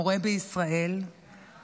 מורה בישראל,